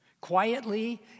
Quietly